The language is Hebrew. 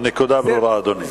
הנקודה ברורה, אדוני.